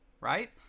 right